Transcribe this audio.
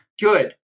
good